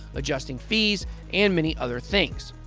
adjusting fees and many other things.